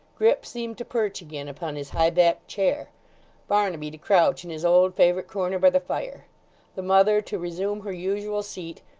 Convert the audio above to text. grip seemed to perch again upon his high-backed chair barnaby to crouch in his old favourite corner by the fire the mother to resume her usual seat,